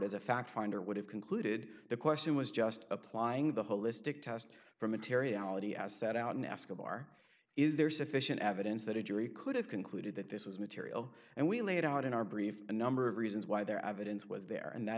as a fact finder would have concluded the question was just applying the holistic test for materiality as set out in escobar is there sufficient evidence that a jury could have concluded that this was material and we laid out in our brief a number of reasons why there evidence was there and that